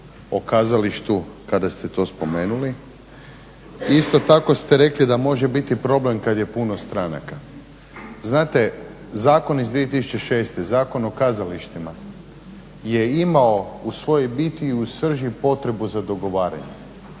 o kazalištu kada ste to spomenuli. Isto tako ste rekli da može biti problem kad je puno stranaka. Znate, zakon iz 2006. Zakon o kazalištima je imao u svojoj biti i u srži potrebu za dogovaranjem.